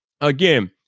again